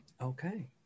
Okay